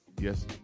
yes